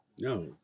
No